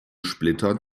splitter